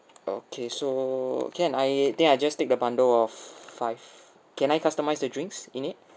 okay so can I think I just take the bundle of five can I customize the drinks in it